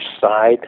side